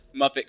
Muppet